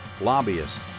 lobbyists